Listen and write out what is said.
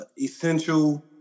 essential